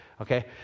Okay